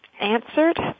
answered